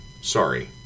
Sorry